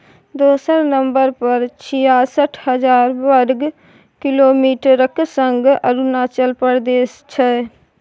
दोसर नंबर पर छियासठ हजार बर्ग किलोमीटरक संग अरुणाचल प्रदेश छै